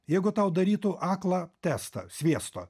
jeigu tau darytų aklą testą sviesto